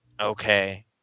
Okay